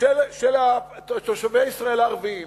של תושבי ישראל הערבים.